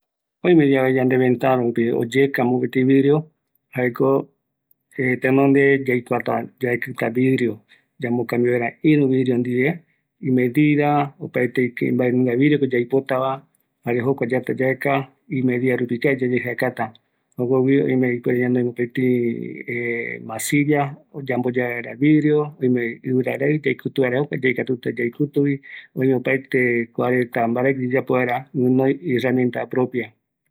Kua yaipoepɨ vaera yaikuata ñajää medida, jare mbaenunga vidriokova, ñanoïtavi tembiporu, oïme amogue oï masilla ndiveva, ïru clavope aikutu va, jokuako yaikatuta tenonde